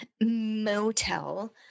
motel